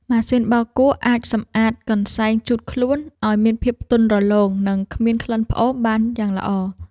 ម៉ាស៊ីនបោកគក់អាចសម្អាតកន្សែងជូតខ្លួនឱ្យមានភាពទន់រលោង និងគ្មានក្លិនផ្អូមបានយ៉ាងល្អ។